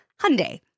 Hyundai